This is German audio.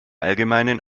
allgemeinen